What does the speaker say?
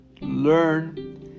learn